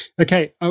Okay